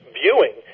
viewing